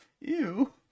Ew